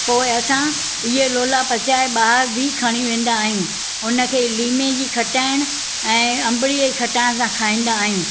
पोइ असां इहा लोला पचाए बाहिरि बि खणी वेंदा आहियूं हुन खे लीमे जी खटाणि ऐं अंब जी खटाणि सां खाईंदा आहियूं